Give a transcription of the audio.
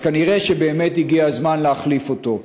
אז כנראה באמת הגיע הזמן להחליף אותו.